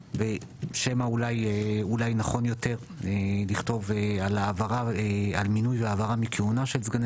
ושמא אולי נכון יותר לכתוב על מינוי והעברה וכהונה של סגני